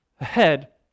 ahead